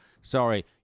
sorry